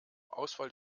ausfall